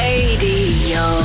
Radio